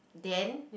then